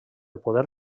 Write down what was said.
poder